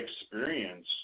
experience